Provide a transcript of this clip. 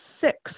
six